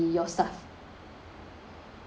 yeah